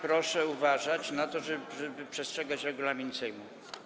Proszę uważać na to, żeby przestrzegać regulaminu Sejmu.